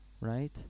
right